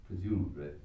Presumably